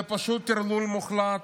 זה פשוט טרלול מוחלט,